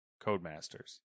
Codemasters